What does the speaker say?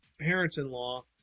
parents-in-law